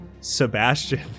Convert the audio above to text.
Sebastian